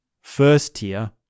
first-tier